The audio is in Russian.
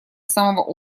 самого